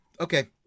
okay